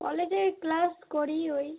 কলেজে ক্লাস করি ওই